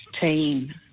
team